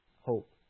hope